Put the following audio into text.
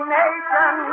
nation